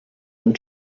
and